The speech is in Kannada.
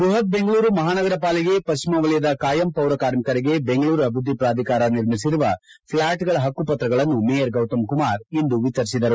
ಬೃಹತ್ ಬೆಂಗಳೂರು ಮಹಾನಗರ ಪಾಲಿಕೆ ಪಶ್ಚಿಮ ವಲಯದ ಖಾಯಂ ಪೌರಕಾರ್ಮಿಕರಿಗೆ ಬೆಂಗಳೂರು ಅಭಿವೃದ್ಧಿ ಪ್ರಾಧಿಕಾರ ನಿರ್ಮಿಸಿರುವ ಫ್ಲಾಟ್ಗಳ ಹಕ್ಕುಪತ್ರಗಳನ್ನು ಮೇಯರ್ ಗೌತಮ್ ಕುಮಾರ್ ಇಂದು ವಿತರಿಸಿದರು